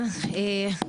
כן,